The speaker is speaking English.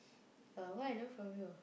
uh what I learn from you